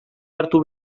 hartu